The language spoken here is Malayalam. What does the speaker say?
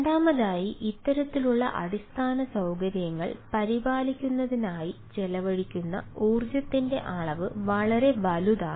രണ്ടാമതായി ഇത്തരത്തിലുള്ള അടിസ്ഥാന സൌകര്യങ്ങൾ പരിപാലിക്കുന്നതിനായി ചെലവഴിക്കുന്ന ഊർജ്ജത്തിന്റെ അളവ് വളരെ വലുതാണ്